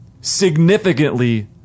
significantly